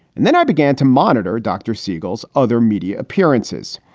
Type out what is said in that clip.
and then i began to monitor dr. siegel's other media appearances.